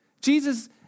Jesus